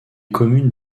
communes